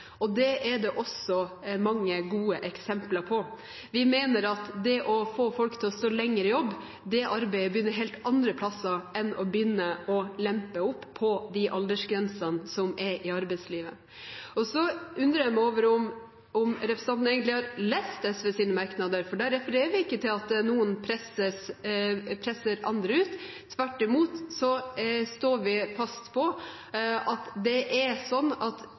og det er det også mange gode eksempler på. Vi mener at det å få folk til å stå lenger i jobb – det arbeidet begynner helt andre steder enn å begynne å lempe på de aldersgrensene som er i arbeidslivet. Så undrer jeg meg på om representanten egentlig har lest SVs merknader, for der refererer vi ikke til at noen presser andre ut. Tvert imot står vi fast på at det er slik at